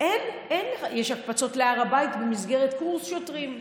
יש הקפצות להר הבית במסגרת קורס שוטרים.